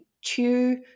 chew